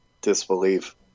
disbelief